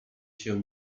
się